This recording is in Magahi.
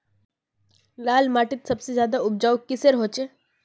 लाल माटित सबसे ज्यादा उपजाऊ किसेर होचए?